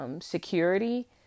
security